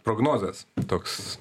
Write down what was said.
prognozės toks